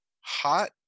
hot